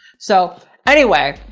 so anyway,